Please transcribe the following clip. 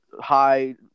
high